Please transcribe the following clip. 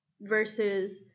versus